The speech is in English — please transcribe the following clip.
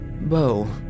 Bo